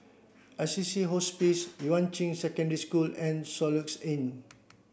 Assisi Hospice Yuan Ching Secondary School and Soluxe Inn